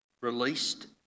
released